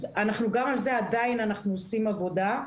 אז גם על זה אנחנו עדיין עושים עבודה.